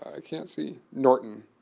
i can't see, norton,